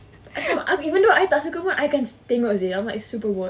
even though I tak suka pun I akan tengok seh super bored